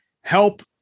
help